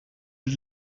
het